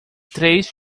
três